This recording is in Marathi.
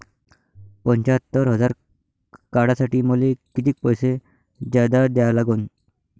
पंच्यात्तर हजार काढासाठी मले कितीक पैसे जादा द्या लागन?